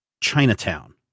Chinatown